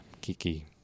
Kiki